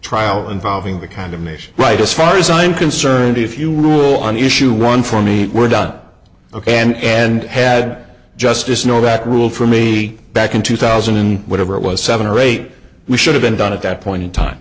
trial involving the condemnation right as far as i'm concerned if you rule on issue one for me we're done ok and and had justice know that rule for me back in two thousand and whatever it was seven or eight we should have been done at that point in time